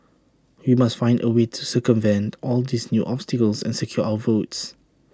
we must find A way to circumvent all these new obstacles and secure our votes